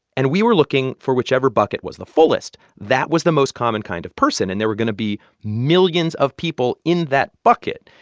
and we were looking for whichever bucket was the fullest. that was the most common kind of person, and there were going to be millions of people in that bucket.